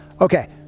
Okay